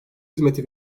hizmeti